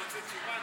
הם רוצים תשובה?